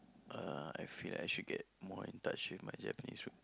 uh I feel I should get more in touch with my Japanese root